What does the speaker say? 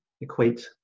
equate